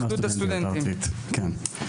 מנכ"ל התאחדות הסטודנטים הארצית, כן.